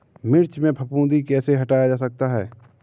मिर्च में फफूंदी कैसे हटाया जा सकता है?